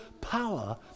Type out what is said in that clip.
power